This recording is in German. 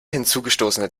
hinzugestoßene